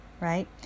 right